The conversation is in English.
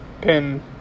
pin